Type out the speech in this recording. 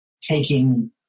taking